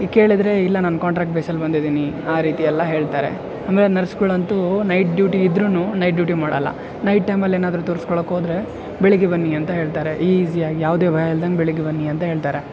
ಕೇಳಿದರೆ ಇಲ್ಲ ನಾನು ಕಂಟ್ರಾಕ್ಟ್ ಬೇಸ್ ಅಲ್ಲಿ ಬಂದಿದ್ದೀನಿ ಆ ರೀತಿ ಎಲ್ಲ ಹೇಳ್ತಾರೆ ಆಮೇಲೆ ನರ್ಸ್ಗಳಂತೂ ನೈಟ್ ಡ್ಯೂಟಿ ಇದ್ರೂ ನೈಟ್ ಡ್ಯೂಟಿ ಮಾಡೋಲ್ಲ ನೈಟ್ ಟೈಮಲ್ಲಿ ಏನಾದರು ತೋರಿಸ್ಕೊಳ್ಳೋಕ್ಕೆ ಹೋದ್ರೆ ಬೆಳಿಗ್ಗೆ ಬನ್ನಿ ಅಂತ ಹೇಳ್ತಾರೆ ಈಸಿಯಾಗಿ ಯಾವುದೇ ಭಯ ಇಲ್ದಂಗೆ ಬೆಳಿಗ್ಗೆ ಬನ್ನಿ ಅಂತ ಹೇಳ್ತಾರೆ